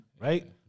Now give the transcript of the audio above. Right